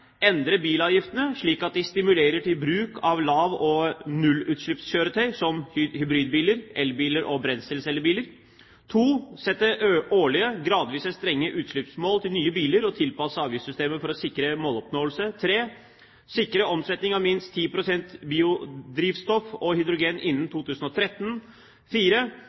endre bilavgiftene slik at de stimulerer til bruk av lav- og nullutslippskjøretøy som hybridbiler, elbiler og brenselcellebiler sette årlige, gradvis strenge utslippsmål for nye biler og tilpasse avgiftsystemet for å sikre måloppnåelse sikre omsetning av minst 10 pst. biodrivstoff og hydrogen innen 2013